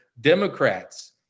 Democrats